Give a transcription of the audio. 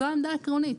זו עמדה עקרונית.